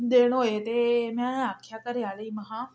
दिन होए ते में आखेआ घरै आह्लें गी महां